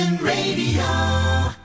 Radio